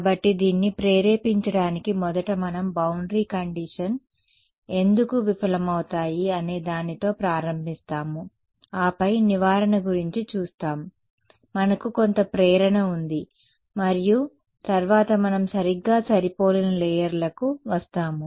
కాబట్టి దీన్ని ప్రేరేపించడానికి మొదట మనం బౌండరీ కండిషన్ ఎందుకు విఫలమవుతాయి అనే దానితో ప్రారంభిస్తాము ఆపై నివారణ గురించి చూస్తాం మనకు కొంత ప్రేరణ ఉంది మరియు తర్వాత మనం సరిగ్గా సరిపోలిన లేయర్లకు వస్తాము